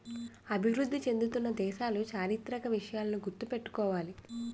అభివృద్ధి చెందుతున్న దేశాలు చారిత్రక విషయాలను గుర్తు పెట్టుకోవాలి